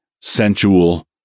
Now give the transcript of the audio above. sensual